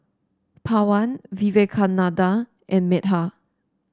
Pawan Vivekananda and Medha